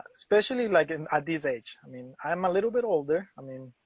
especially like and at this age. i mean, i'm a little bit older, i mean,